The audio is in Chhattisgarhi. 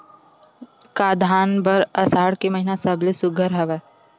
का धान बर आषाढ़ के महिना सबले सुघ्घर हवय?